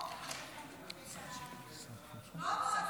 חברי הכנסת,